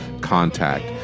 contact